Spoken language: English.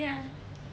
ya